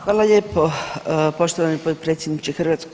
Hvala lijepo poštovani potpredsjedniče HS.